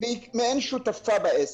שם זה עד 29 בפברואר.